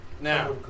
Now